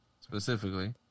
Specifically